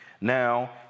now